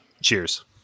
cheers